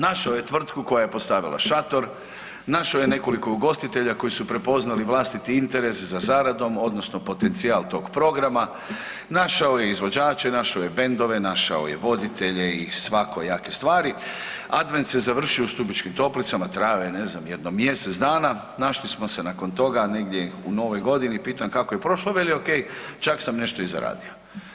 Našao je tvrtku koja je postavila šator, našao je nekoliko ugostitelja koji su prepoznali vlastiti interes za zaradom, odnosno potencijal tog programa, našao je izvođače, našao je bandove, našao je voditelje i svakojake stvari, Advent se završio u Stubičkim Toplicama, trajao je, ne znam, jedno mjesec dana, našli smo se nakon toga, negdje u novoj godini, pitam kako je prošlo, veli okej, čak sam nešto i zaradio.